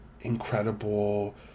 incredible